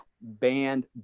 banned